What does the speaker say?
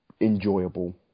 enjoyable